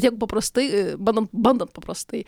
tiek paprastai bandom bandant paprastai